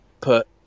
put